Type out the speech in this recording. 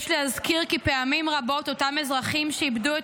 יש להזכיר כי פעמים רבות אותם אזרחים שאיבדו את